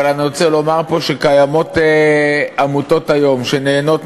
אבל אני רוצה לומר שקיימות היום עמותות